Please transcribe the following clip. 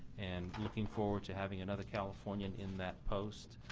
and looking forward to having another californian in that post.